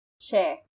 Share